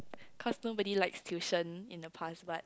cause nobody likes tuition in the past but